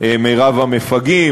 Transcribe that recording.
מרבית המפגעים.